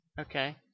Okay